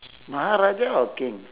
மகாராஜா:maharaja or king